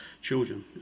children